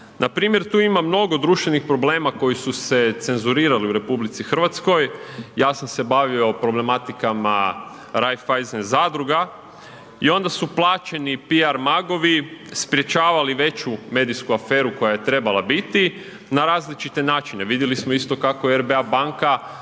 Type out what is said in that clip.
Npr. tu imam mnogo društvenih problema koji su se cenzurirali u RH, ja sam se bavio problematikama Raiffeisen zadruga i onda su plaćeni PR magovi sprječavali veću medijsku aferu koja je trebala biti na različite načine, vidjeli smo isto kako je RBA banka